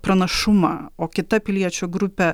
pranašumą o kita piliečių grupė